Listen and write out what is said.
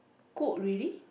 cook already